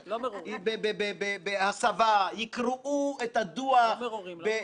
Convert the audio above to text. אני רוצה להציג לכם דוגמה להמלצה שהחלטנו בסיכום בינינו,